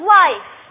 life